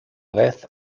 vez